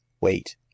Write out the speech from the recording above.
wait